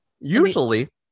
Usually